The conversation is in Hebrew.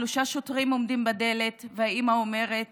שלושה שוטרים עומדים בדלת, האימא אומרת